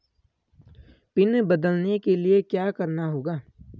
Pin बदलने के लिए क्या करना होगा?